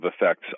effects